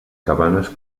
cabanes